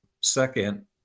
Second